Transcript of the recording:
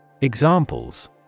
Examples